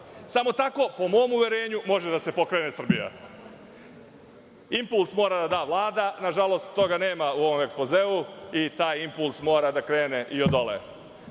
Samo tako po mom uverenju može da se pokrene Srbija. Impuls mora da da Vlada. Nažalost, toga nema u ovom ekspozeu i taj impuls mora da krene od dole.